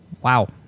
wow